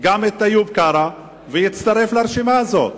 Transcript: גם את איוב קרא, שיצטרף לרשימה הזאת.